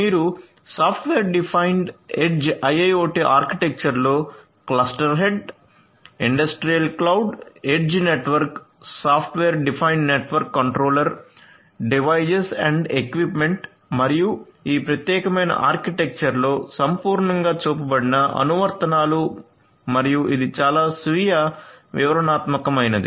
మీరు software defined edge IIoT ఆర్కిటెక్చర్లో cluster head industrial cloud edge network software defined network controller devices and equipments మరియు ఈ ప్రత్యేకమైన ఆర్కిటెక్చర్లో సంపూర్ణంగా చూపబడిన ఈ అనువర్తనాలు మరియు ఇది చాలా స్వీయ వివరణాత్మకమైనది